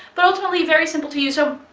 but ultimately, very simple to use them.